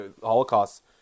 Holocaust